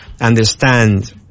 understand